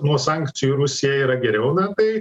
nuo sankcijų rusijai yra geriau na tai